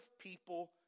people